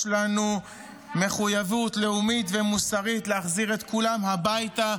יש לנו מחויבות לאומית ומוסרית להחזיר את כולם הביתה,